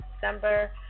December